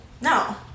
No